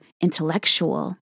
intellectual